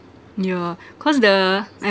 yeah cause the I